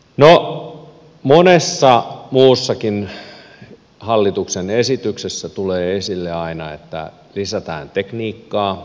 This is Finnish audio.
no monessa muussakin hallituksen esityksessä tulee esille aina että lisätään tekniikkaa